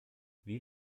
wie